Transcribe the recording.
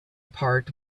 part